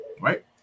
right